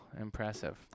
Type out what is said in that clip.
Impressive